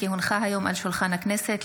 כי הונחה היום על שולחן הכנסת,